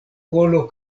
kolo